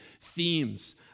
themes